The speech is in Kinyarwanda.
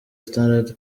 standard